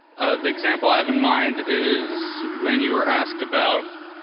the example i have in mind is when you are asked about